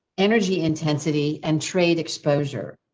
energy intensity and trade exposure.